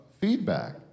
feedback